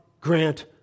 grant